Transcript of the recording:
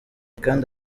kandi